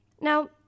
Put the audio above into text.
Now